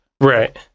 Right